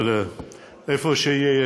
אבל איפה שיהיה,